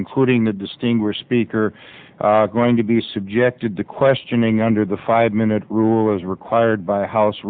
including the distinguished speaker going to be subjected to questioning under the five minute rule as required by house